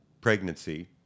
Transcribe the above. pregnancy